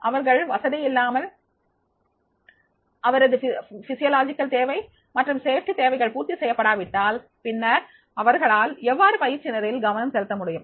அவர்கள் வசதியில்லாமல் அவரது உடலியல் தேவை மற்றும் பாதுகாப்பு தேவைகள் பூர்த்தி செய்யப்படாவிட்டால் பின்னர் அவர்களால் எவ்வாறு பயிற்சி நிரலில் கவனம் செலுத்த முடியும்